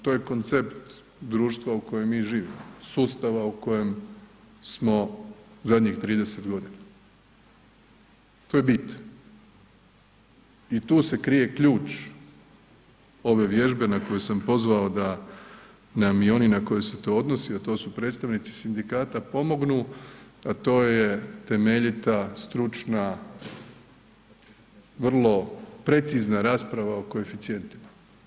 To je koncept društva u kojem mi živimo, sustava u kojem smo zadnjih 30 godina, to je bit i tu se krije ključ ove vježbe na koju sam pozvao da nam i oni na koje se to odnosi, a to su predstavnici sindikata pomognu, a to je temeljita, stručna vrlo precizna rasprava o koeficijentima.